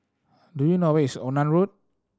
do you know where is Onan Road